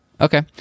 Okay